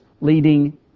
leading